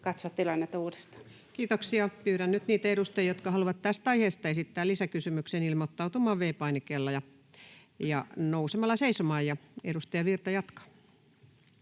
katsoa tilannetta uudestaan. Kiitoksia. — Pyydän nyt niitä edustajia, jotka haluavat tästä aiheesta esittää lisäkysymyksen, ilmoittautumaan V-painikkeella ja nousemalla seisomaan. — Edustaja Virta jatkaa.